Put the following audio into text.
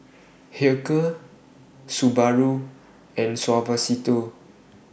Hilker Subaru and Suavecito